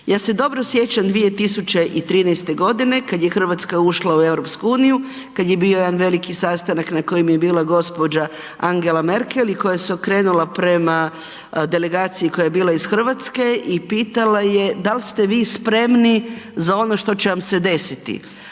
Ja se dobro sjećam 2013. g. kad je Hrvatska ušla u EU, kad je bio jedan veliki sastanak na kojem je bila gđa. Angela Merkel i koja se okrenula prema delegaciji koja je bila iz Hrvatske i pitala je da li ste vi spremni za ono što će vam se desiti,